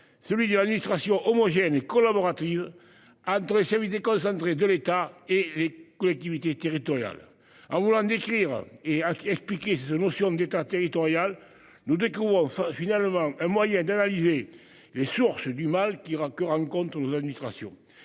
celui de l'administration homogène collaborative. Services déconcentrés de l'État et les collectivités territoriales à vouloir décrire. Et à s'expliquer cette notion d'État territorial nous découvrons enfin finalement un moyen d'analyser les sources du mal qui encore en compte nos administrations